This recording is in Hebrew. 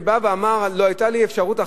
שבא ואמר: לא היתה לי אפשרות אחרת,